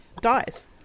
dies